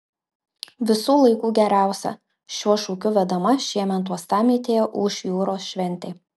visų laikų geriausia šiuo šūkiu vedama šiemet uostamiestyje ūš jūros šventė